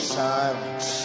silence